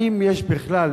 האם יש בכלל